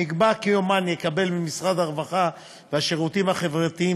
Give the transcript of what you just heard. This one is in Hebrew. נקבע כי אומן יקבל ממשרד הרווחה והשירותים החברתיים